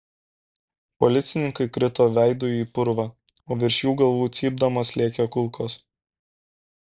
policininkai krito veidu į purvą o virš jų galvų cypdamos lėkė kulkos